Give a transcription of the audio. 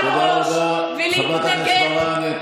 חברת הכנסת מראענה,